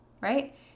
right